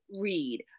read